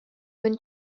when